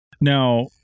Now